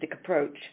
approach